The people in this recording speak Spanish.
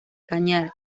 cañar